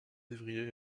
février